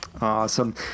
Awesome